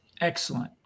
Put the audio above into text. Excellent